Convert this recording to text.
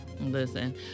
Listen